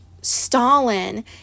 Stalin